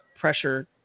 pressure